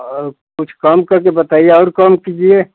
और कुछ कम करके बताइए और कम कीजिए